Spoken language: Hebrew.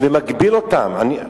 ומגביל אותם.